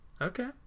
Okay